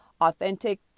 authentic